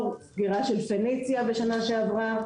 סגירה של פניציה בשנה שעברה